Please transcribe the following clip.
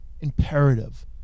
imperative